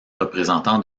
représentant